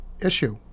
issue